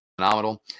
phenomenal